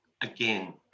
again